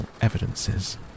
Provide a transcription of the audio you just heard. evidences